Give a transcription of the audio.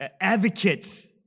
advocates